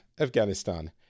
Afghanistan